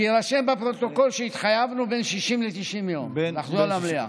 שיירשם בפרוטוקול שהתחייבנו בין 60 ל-90 יום לחזור למליאה.